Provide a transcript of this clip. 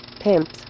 pimps